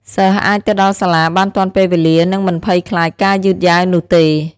សិស្សអាចទៅដល់សាលាបានទាន់ពេលវេលានិងមិនភ័យខ្លាចការយឺតយ៉ាវនោះទេ។